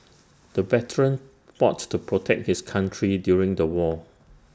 the veteran fought to protect his country during the war